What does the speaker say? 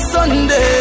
Sunday